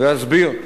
ואסביר: